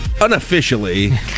Unofficially